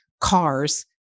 cars